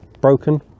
broken